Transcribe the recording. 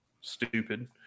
stupid